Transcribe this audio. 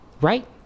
Right